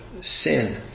sin